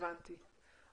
הבנתי.